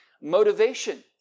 motivation